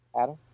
Adam